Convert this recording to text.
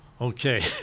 Okay